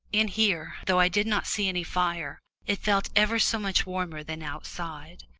in here, though i did not see any fire, it felt ever so much warmer than outside.